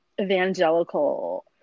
evangelical